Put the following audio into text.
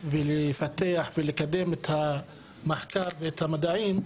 לפתח ותקדם את המחקר והמדעים,